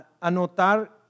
anotar